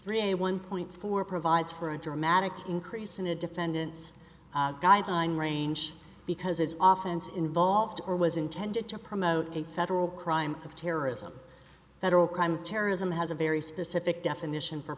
three a one point four provides for a dramatic increase in a defendant's dive on range because as often is involved or was intended to promote a federal crime of terrorism federal crime terrorism has a very specific definition for